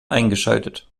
eingeschaltet